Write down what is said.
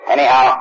Anyhow